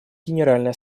генеральной